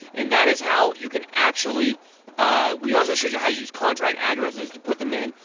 and that is how you can actually we also showed you how to use contract addresses to put them in,